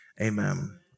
amen